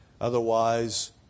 Otherwise